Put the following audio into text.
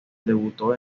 debutó